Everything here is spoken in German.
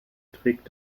trägt